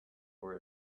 for